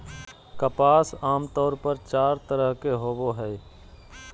कपास आमतौर पर चार तरह के होवो हय